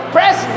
Press